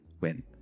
win